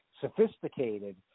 sophisticated